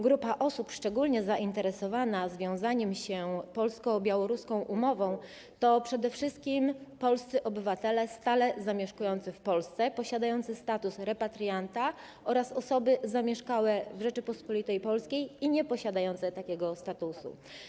Grupa osób szczególnie zainteresowana związaniem się polsko-białoruską umową to przede wszystkim polscy obywatele stale zamieszkujący w Polsce, posiadający status repatrianta oraz osoby zamieszkałe w Rzeczypospolitej Polskiej i nieposiadające takiego statusu.